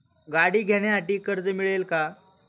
गाडी घेण्यासाठी कर्ज मिळेल का?